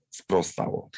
sprostało